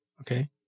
okay